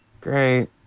Great